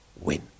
win